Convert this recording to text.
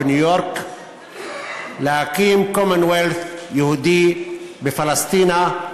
בניו-יורק מחליט להקים Commonwealth יהודי בפלשתינה.